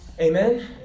Amen